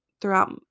throughout